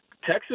Texas